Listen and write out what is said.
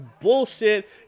bullshit